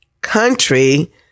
country